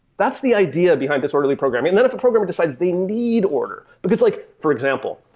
that's the idea behind disorderly programming. then if a program decides they need order, because like, for example,